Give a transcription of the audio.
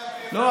לא,